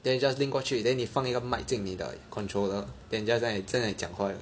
then 你 just link 过去 then 你放一个 mic 进你的 controller then just 在那里讲话